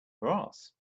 brass